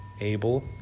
able